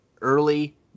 early